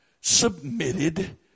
submitted